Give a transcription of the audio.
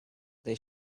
they